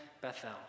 Bethel